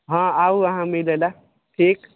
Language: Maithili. हँ आउ अहाँ मिलै लए ठीक